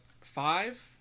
five